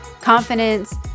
confidence